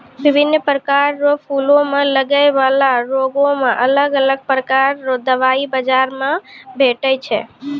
बिभिन्न प्रकार रो फूलो मे लगै बाला रोगो मे अलग अलग प्रकार रो दबाइ बाजार मे भेटै छै